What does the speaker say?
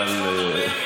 אבל,